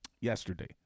yesterday